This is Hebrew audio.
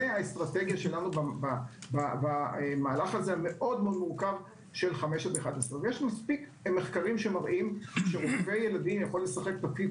זה האסטרטגיה שלנו במהלך הזה המאוד מורכב של 5 עד 11. יש מספיק מחקרים שמראים שרופא ילדים יכול לשחק תפקיד